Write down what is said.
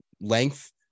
length